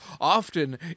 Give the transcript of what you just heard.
often